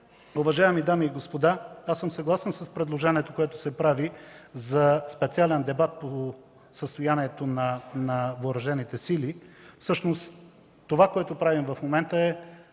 уважаеми дами и господа, аз съм съгласен с предложението, което се прави, за специален дебат по състоянието на Въоръжените сили. Всъщност това, което правим в момента, е